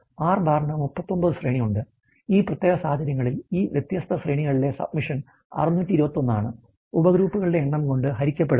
R ബാറിന് 39 ശ്രേണി ഉണ്ട് ഈ പ്രത്യേക സാഹചര്യങ്ങളിൽ ഈ വ്യത്യസ്ത ശ്രേണികളിലെ submission 621 ആണ് ഉപഗ്രൂപ്പുകളുടെ എണ്ണം കൊണ്ട് ഹരിക്കപ്പെടുന്നത്